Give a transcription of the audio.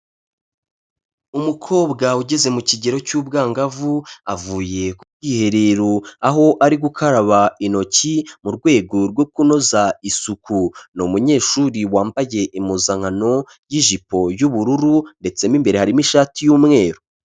Umukobwa ugeze mu kigero cy'ubwangavu avuye ku bwiherero, aho ari gukaraba intoki mu rwego rwo kunoza isuku, ni umunyeshuri wambage impuzankano y'ijipo y'ubururu ndetse n'imbere harimo ishati y'umweru.